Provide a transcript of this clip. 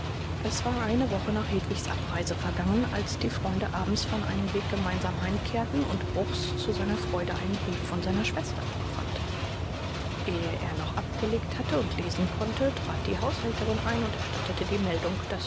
es war eine woche nach hedwigs abreise vergangen als die freunde abends von einem weg gemeinsam heimkehrten und bruchs zu seiner freude einen brief von seiner schwester vorfand ehe er noch abgelegt hatte und lesen konnte trat die haushälterin ein und erstattete die meldung daß